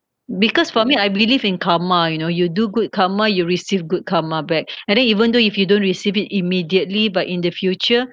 because for me I believe in karma you know you do good karma you receive good karma back and then even though if you don't receive it immediately but in the future